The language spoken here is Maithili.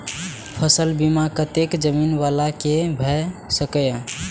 फसल बीमा कतेक जमीन वाला के भ सकेया?